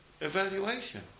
evaluation